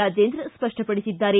ರಾಜೇಂದ್ರ ಸ್ಪಷ್ಟಪಡಿಸಿದ್ದಾರೆ